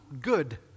good